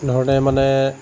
ধৰণে মানে